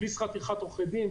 בלי שכר טרחה לעורכי דין,